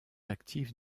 actif